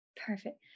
Perfect